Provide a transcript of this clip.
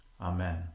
Amen